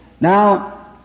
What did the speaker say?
now